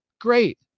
great